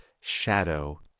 shadow